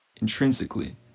intrinsically